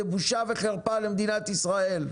זו בושה וחרפה למדינת ישראל,